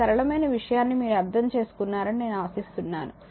ఈ సరళమైన విషయాన్ని మీరు అర్థం చేసుకున్నారని నేను ఆశిస్తున్నాను